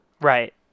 right